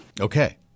Okay